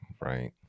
Right